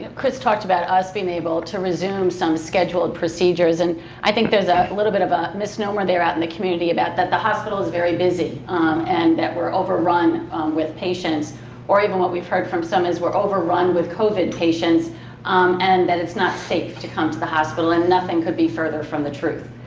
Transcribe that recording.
chris talked about us being able to resume some scheduled procedures and i think there's a little bit of a misnomer there out in the community about that the hospital is very busy and that we're overrun with patients or even what we've heard from some is were overrun with covid patients um and that it's not safe to come to the hospital and nothing could be further from the truth.